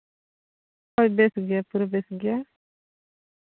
ᱦᱳᱭ ᱵᱮᱥᱜᱮ ᱯᱩᱨᱟᱹ ᱵᱮᱥ ᱜᱮᱭᱟ